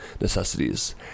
necessities